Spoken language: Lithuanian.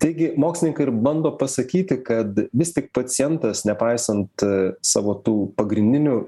taigi mokslininkai ir bando pasakyti kad vis tik pacientas nepaisant savo tų pagrindinių